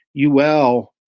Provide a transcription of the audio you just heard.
UL